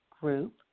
Group